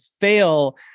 fail